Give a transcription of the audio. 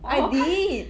I did